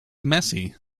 messy